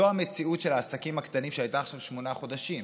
זאת המציאות של העסקים הקטנים שהייתה עכשיו שמונה חודשים.